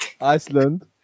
Iceland